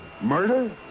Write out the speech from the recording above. Murder